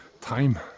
time